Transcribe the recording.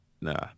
Nah